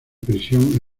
prisión